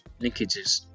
linkages